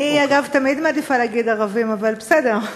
אני, אגב, תמיד מעדיפה להגיד "ערבים", אבל בסדר.